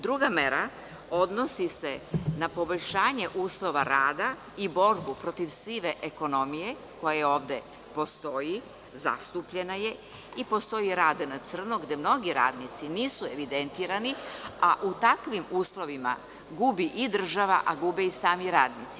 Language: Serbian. Druga mera odnosi se na poboljšanje uslova rada i borbu protiv sive ekonomije koja ovde postoji, zastupljena je i postoji rad na crno gde mnogi radnici nisu evidentirani, a u takvim uslovima gubi i država, a gube i sami radnici.